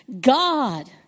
God